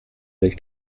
del